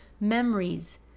memories